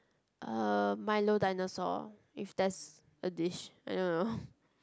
uh milo dinosaur if that's a dish I don't know